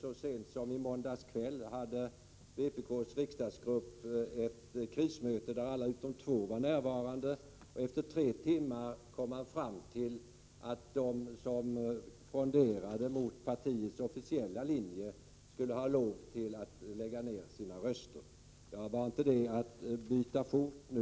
Så sent som i måndags kväll hade vpk:s riksdagsgrupp ett krismöte där alla utom två var närvarande, och efter tre timmar kom man fram till att de som fronderade mot partiets officiella linje skulle ha lov att lägga ned sina röster — var inte det att byta fot så